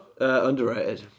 underrated